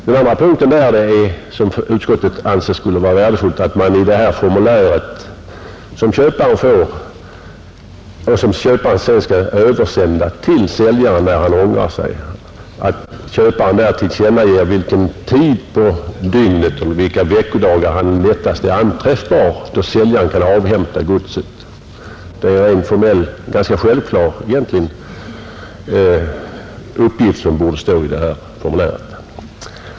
Den andra punkten som utskottet anser vara viktig är att köparen i det formulär som han får och som han sedan skall översända till säljaren om han ångrar sig tillkännager vid vilken tid på dygnet och vilka veckodagar han lättast är anträffbar så att säljaren kan avhämta godset. Det är en rent formell men ganska självklar uppgift som borde stå i formuläret.